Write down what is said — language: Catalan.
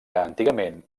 antigament